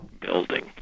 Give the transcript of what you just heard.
building